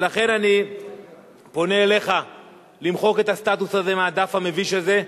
ולכן אני פונה אליך למחוק את הסטטוס הזה מהדף המביש הזה,